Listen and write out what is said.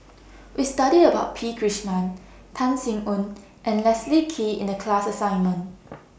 We studied about P Krishnan Tan Sin Aun and Leslie Kee in The class assignment